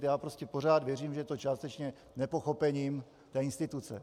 Já prostě pořád věřím, že je to částečně nepochopením té instituce.